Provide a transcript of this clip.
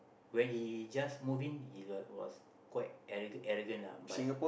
when he just move in he like was quite every arrogant lah but